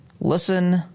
Listen